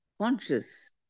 conscious